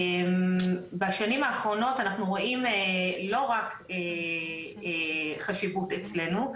בשנים האחרונות אנחנו רואים לא רק חשיבות אצלנו,